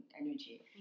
energy